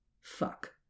Fuck